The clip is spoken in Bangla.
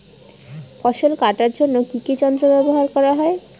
ফসল কাটার জন্য কি কি যন্ত্র ব্যাবহার করা হয়?